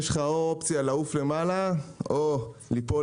יש לך אופציה או לעוף למעלה או ליפול